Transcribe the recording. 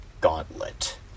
gauntlet